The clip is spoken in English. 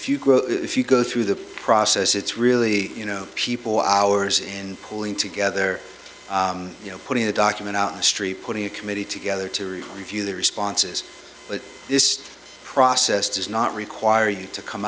grow if you go through the process it's really you know people hours and pooling together you know putting the document out on the street putting a committee together to review their responses but this process does not require you to come